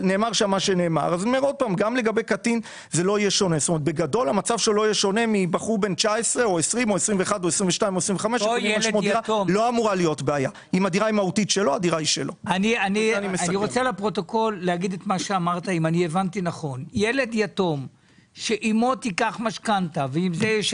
גם לגבי קטין זה לא יהיה שונה מבחור בן 19,20,21,22 או 25. האם גם במצב שאימו של ילד יתום תיקח משכנתא ועם הכסף של הדירה